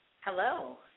Hello